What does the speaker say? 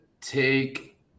take